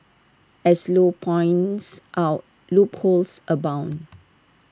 as low points out loopholes abound